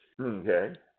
Okay